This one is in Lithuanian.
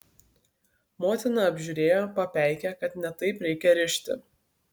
motina apžiūrėjo papeikė kad ne taip reikia rišti